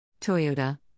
Toyota